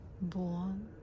born